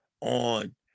on